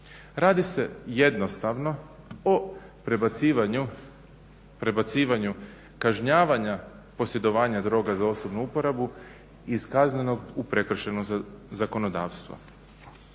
Radi se jednostavno o prebacivanju kažnjavanja posjedovanja droga za osobnu uporabu iz kaznenog u prekršajno zakonodavstvo.